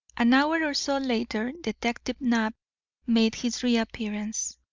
an hour or so later detective knapp made his reappearance.